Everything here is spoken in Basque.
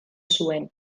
zuen